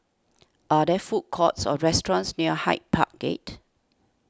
are there food courts or restaurants near Hyde Park Gate